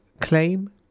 claim